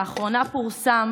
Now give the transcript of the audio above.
לאחרונה פורסם